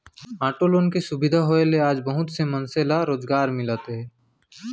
auto loan के सुबिधा होए ले आज बहुत से मनसे ल रोजगार मिलत हे